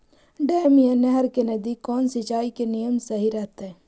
Dam या नहर के नजदीक कौन सिंचाई के नियम सही रहतैय?